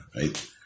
right